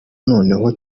noneho